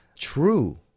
true